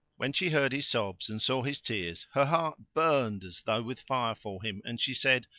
when she heard his sobs and saw his tears her heart burned as though with fire for him, and she said,